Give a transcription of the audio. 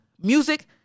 Music